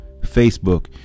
facebook